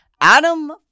Adam